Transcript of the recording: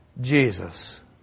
Jesus